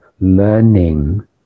learning